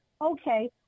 Okay